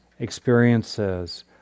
experiences